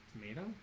Tomato